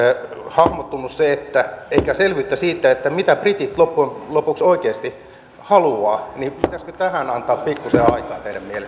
hahmottunut eikä ole selvyyttä siitä mitä britit loppujen lopuksi oikeasti haluavat pitäisikö tähän antaa pikkusen aikaa